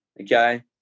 okay